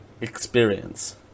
experience